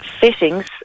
fittings